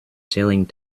selling